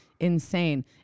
Insane